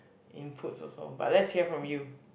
inputs also but let's hear from you